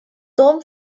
том